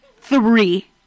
Three